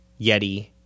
Yeti